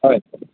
ꯍꯣꯏ